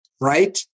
right